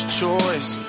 choice